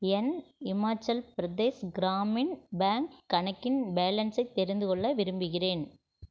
என் Himachal Pradesh Gramin bank கணக்கின் பேலன்ஸை தெரிந்துகொள்ள விரும்புகிறேன்